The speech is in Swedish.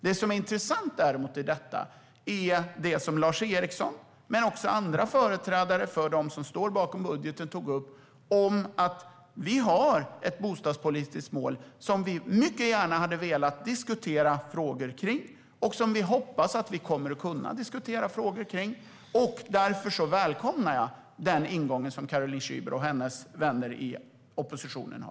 Det som däremot är intressant i detta är det som Lars Eriksson men också andra företrädare för dem som står bakom budgeten tog upp om att vi har ett bostadspolitiskt mål som vi mycket gärna hade velat diskutera frågor kring och som vi hoppas att vi kommer att kunna diskutera frågor kring. Därför välkomnar jag den ingång som Caroline Szyber och hennes vänner i oppositionen har.